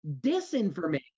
Disinformation